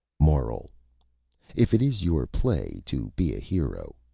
moral if it is your play to be a hero,